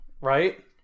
right